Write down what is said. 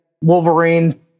Wolverine